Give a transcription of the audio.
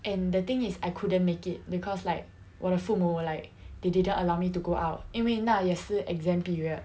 and the thing is I couldn't make it because like 我的父母 like they didn't allow me to go out 因为那也是 exam period